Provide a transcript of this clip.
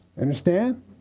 Understand